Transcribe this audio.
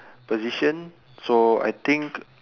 position so I think